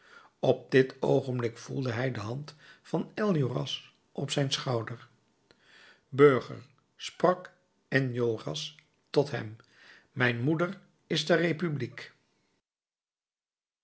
op dit oogenblik voelde hij de hand van enjolras op zijn schouder burger sprak enjolras tot hem mijn moeder is de republiek